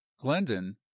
Glendon